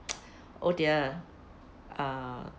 oh dear ah